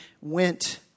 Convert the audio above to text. went